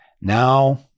now